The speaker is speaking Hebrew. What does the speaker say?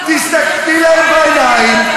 תסתכלי להם בעיניים,